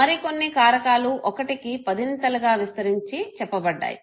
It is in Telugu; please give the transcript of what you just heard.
మరికొన్ని కారకాలు ఒకటికి పదింతలుగా విస్తరించి చెప్పబడ్డాయి